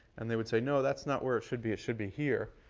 and they would say no, that's not where it should be. it should be here.